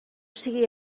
sigui